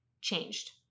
changed